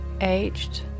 aged